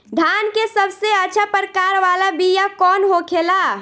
धान के सबसे अच्छा प्रकार वाला बीया कौन होखेला?